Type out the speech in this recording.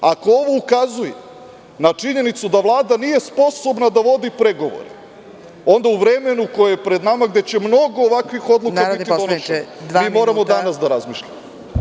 Ako ovo ukazuje na činjenicu da Vlada nije sposobna da vodi pregovore, onda u vremenu koje je pred nama, gde će mnogo ovakvih odluka biti doneseno, mi moramo danas da razmišljamo.